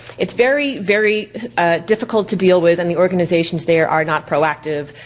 it's very, very ah difficult to deal with and the organizations there are not proactive.